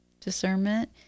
discernment